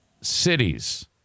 cities